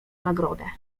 nagrodę